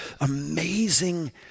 amazing